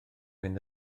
mynd